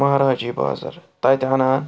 مَہراجی بازَر تَتہِ اَنان